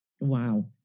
Wow